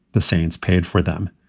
the saints paid for them.